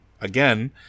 again